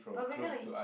but we're gonna